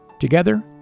Together